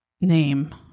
name